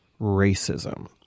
racism